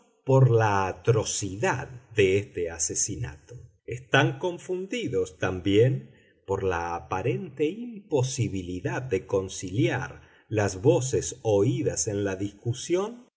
por la atrocidad de este asesinato están confundidos también por la aparente imposibilidad de conciliar las voces oídas en la discusión